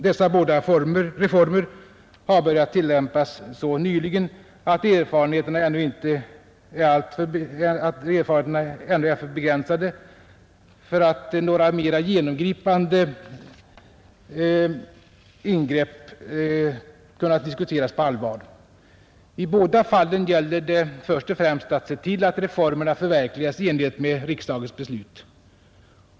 Dessa båda reformer har börjat tillämpas så nyligen, att erfarenheterna ännu är för begränsade för att några mera genomgripande ingrepp kunnat diskuteras på allvar. I båda fallen gäller det först och främst att se till att reformerna förverkligas i enlighet med riksdagens beslut.